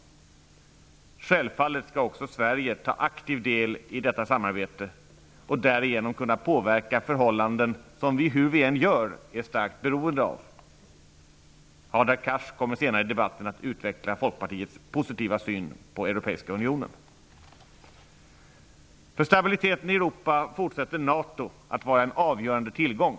Självfallet skall också Sverige ta aktiv del i detta samarbete och därigenom kunna påverka förhållanden som vi, hur vi än gör, är starkt beroende av. Hadar Cars kommer senare i debatten att utveckla Folkpartiets positiva syn på Europeiska unionen. För stabiliteten i Europa fortsätter NATO att vara en avgörande tillgång.